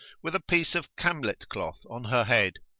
with a piece of camlet-cloth on her head.